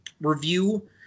review